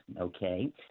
okay